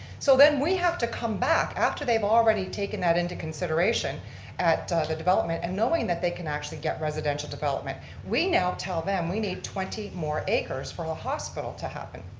so then we have to come back, after they've already taken that into consideration at the development, and knowing that they can actually get residential development. we now tell them we need twenty more acres for our hospital to happen.